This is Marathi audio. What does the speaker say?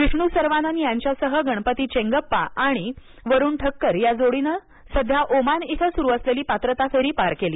विष्णू सर्वानन याच्यासह गणपती चेंगप्पा आणि वरुण ठक्कर या जोडीनं सध्या ओमान इथं सुरू असलेली पात्रता फेरी पार केली